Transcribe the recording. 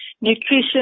nutrition